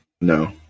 No